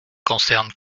concerne